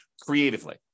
creatively